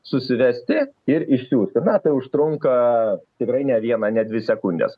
susivesti ir išsiųsti na tai užtrunka tikrai ne vieną ne dvi sekundes